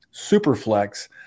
Superflex